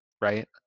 right